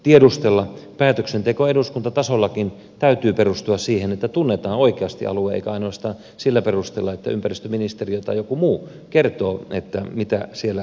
päätöksenteon eduskuntatasollakin täytyy perustua siihen että tunnetaan oikeasti alue eikä ainoastaan siihen että ympäristöministeriö tai joku muu kertoo mitä siellä sitten on